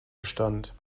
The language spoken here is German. bestand